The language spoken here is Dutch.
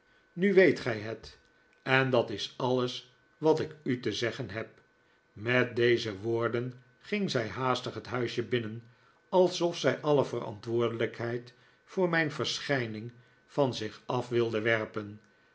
nu weet gij het en dat is alles wat ik u te zeggen heb met deze woorden ging zij haastig het huis binnen alsof zij alle verantwoordelijkheid voor mijn verschijning van zich af wilde werpen